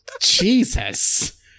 Jesus